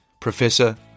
Professor